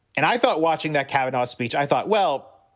and i thought watching that catadores speech, i thought, well,